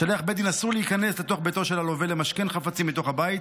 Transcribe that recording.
לשליח בית דין אסור להיכנס לתוך ביתו של הלווה למשכן חפצים מתוך הבית,